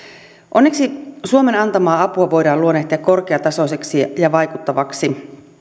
onneksi suomen antamaa apua voidaan luonnehtia korkeatasoiseksi ja vaikuttavaksi